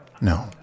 No